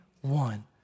one